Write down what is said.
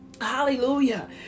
hallelujah